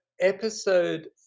episode